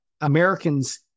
Americans